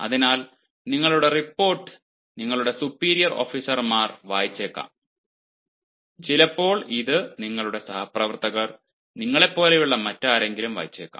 അതിനാൽ നിങ്ങളുടെ റിപ്പോർട്ട് നിങ്ങളുടെ സുപ്പീരിയർ ഓഫീസർമാർ വായിച്ചേക്കാം ചിലപ്പോൾ ഇത് നിങ്ങളുടെ സഹപ്രവർത്തകർ നിങ്ങളെപ്പോലെയുള്ള മറ്റ് ആരെങ്കിലും വായിച്ചേക്കാം